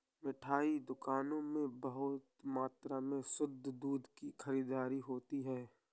मिठाई दुकानों में बहुत मात्रा में शुद्ध दूध की खरीददारी होती है